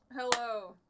Hello